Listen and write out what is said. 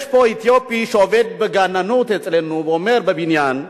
יש פה אתיופי שעובד בגננות אצלנו בבניין,